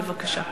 בבקשה.